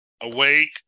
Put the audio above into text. awake